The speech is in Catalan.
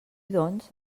doncs